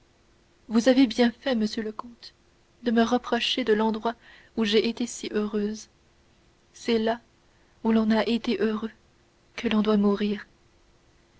vous avez bien fait monsieur le comte de me rapprocher de l'endroit où j'ai été si heureuse c'est là où l'on a été heureux que l'on doit mourir